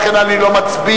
לכן אני לא מצביע,